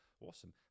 Awesome